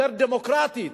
יותר דמוקרטית,